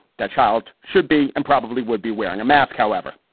that child should be and probably would be wearing a mask. however,